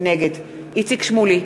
נגד איציק שמולי,